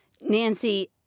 Nancy